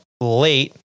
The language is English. late